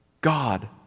God